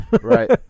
right